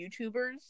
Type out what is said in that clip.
YouTubers